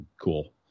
Cool